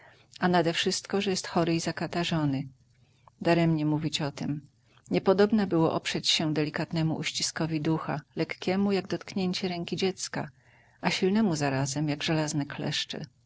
a nadewszystko że jest chory i zakatarzony daremnie mówić o tem niepodobna było oprzeć się delikatnemu uściskowi ducha lekkiemu jak dotknięcie ręki dziecka a silnemu zarazem jak żelazne kleszcze